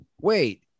wait